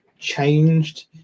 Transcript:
changed